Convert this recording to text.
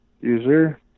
User